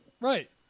Right